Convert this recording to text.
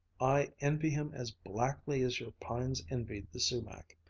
i envy him as blackly as your pines envied the sumac.